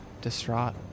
distraught